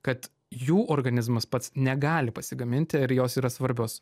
kad jų organizmas pats negali pasigaminti ir jos yra svarbios